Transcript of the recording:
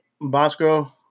Bosco